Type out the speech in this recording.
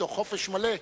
מתוך חופש מלא,